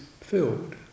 filled